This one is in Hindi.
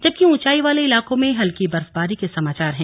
जबकि ऊंचाई वाले इलाकों में हल्की बर्फबारी के समाचार हैं